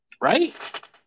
Right